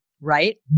right